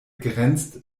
grenzt